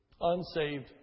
unsaved